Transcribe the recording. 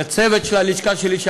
לצוות של הלשכה שלי,